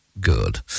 Good